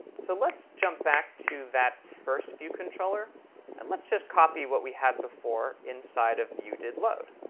so let's jump back to that first view controller and let's just copy what we had before inside of viewdidload.